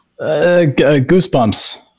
Goosebumps